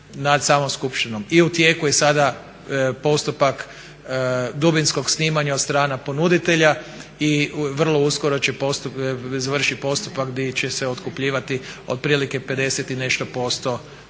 I u tijeku je sad postupak dubinskog snimanja od strana ponuditelja i vrlo uskoro će, završi postupak gdje će se otkupljivati otprilike 50 i nešto